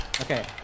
Okay